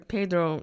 Pedro